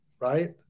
right